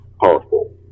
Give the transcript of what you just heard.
powerful